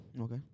Okay